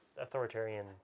authoritarian